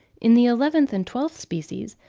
in the eleventh and twelfth species,